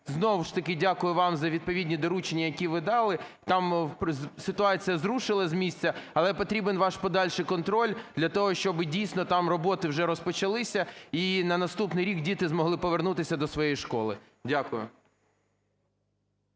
Знову ж таки, дякую вам за відповідні доручення, які ви далі. Там ситуація зрушила з місця, але потрібен ваш подальший контроль для того, щоби дійсно там роботи вже розпочалися і на наступний рік діти змогли повернутися до своєї школи. Дякую.